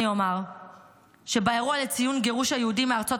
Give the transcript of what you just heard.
אני אומר שבאירוע לציון גירוש היהודים מארצות